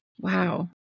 Wow